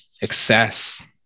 excess